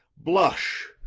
blush,